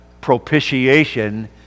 propitiation